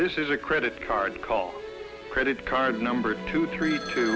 this is a credit card call credit card number two three t